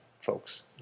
folks